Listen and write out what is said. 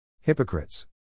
Hypocrites